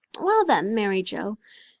well then, mary joe,